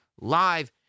live